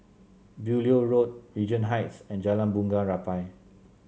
Beaulieu Road Regent Heights and Jalan Bunga Rampai